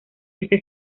ese